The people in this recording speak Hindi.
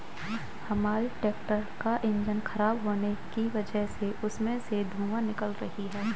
हमारे ट्रैक्टर का इंजन खराब होने की वजह से उसमें से धुआँ निकल रही है